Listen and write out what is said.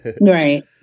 Right